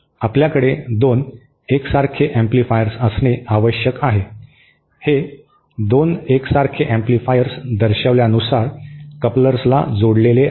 आपल्याकडे 2 एकसारखे अॅम्पलीफायर्स असणे आवश्यक आहे हे 2 एकसारखे एम्पलीफायर्स दर्शविल्यानुसार कपलर्सला जोडलेले आहेत